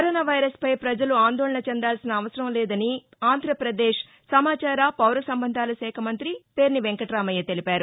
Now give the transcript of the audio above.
corona virus పై పజలు ఆందోళన చెందాల్సిన అవసరం లేదని ఆంధ్రప్రదేశ్ సమాచార పౌరసంబంధాల శాఖ మంతి మంతి పేర్ని వెంకట్రామయ్య తెలిపారు